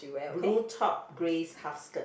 blue top grey half skirt